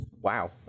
Wow